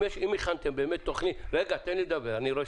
אם הכנתם תוכנית ויש